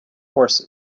horses